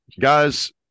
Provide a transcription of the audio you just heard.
Guys